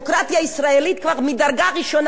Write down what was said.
מה כבר אפשר לעשות יותר גרוע מזה?